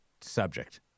subject